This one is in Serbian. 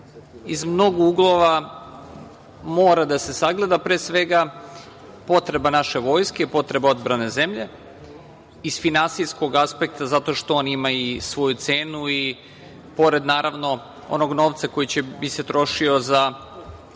iz mnogo uglova mora da se sagleda, pre svega potreba naše vojske, potreba odbrane zemlje. Iz finansijskog aspekta zato što on ima i svoju cenu i pored naravno onog novca koji bi se trošio za